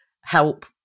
help